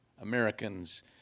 Americans